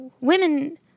Women